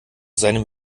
seinen